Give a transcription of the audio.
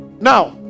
now